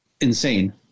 insane